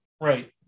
Right